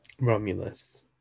Romulus